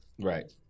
Right